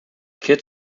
kit